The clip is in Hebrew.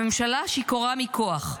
הממשלה שיכורה מכוח,